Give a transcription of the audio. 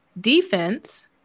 Defense